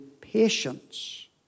patience